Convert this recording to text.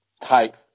type